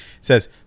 says